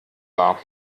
war